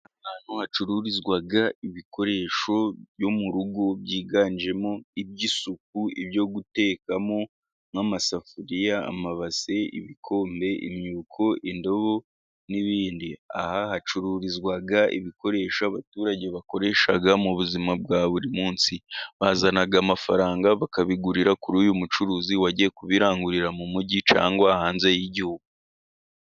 Aho hacururizwa ibikoresho byo mu rugo byiganjemo iby'isuku ibyo gutekamo nk'amasafuriya, amabase, ibikombe, imyuko, indobo n'ibindi. Aha hacururizwa ibikoresho abaturage bakoresha mu buzima bwa buri munsi. Bazana amafaranga bakabigurira kuri uyu mucuruzi wagiye kubirangurira mu mujyi cyangwa hanze y'igihugu.